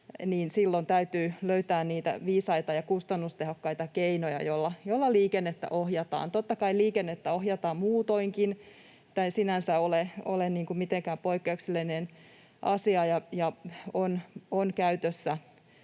silloin täytyy löytää niitä viisaita ja kustannustehokkaita keinoja, joilla liikennettä ohjataan. Totta kai liikennettä ohjataan muutoinkin. Tämä ei sinänsä ole mitenkään poikkeuksellinen asia, ja tämä on käytössä